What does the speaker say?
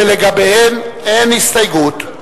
שלגביהם אין הסתייגויות.